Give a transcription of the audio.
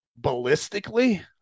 ballistically